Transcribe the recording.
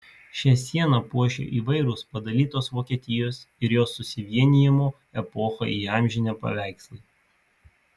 šią sieną puošia įvairūs padalytos vokietijos ir jos susivienijimo epochą įamžinę paveikslai